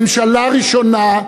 ממשלה ראשונה,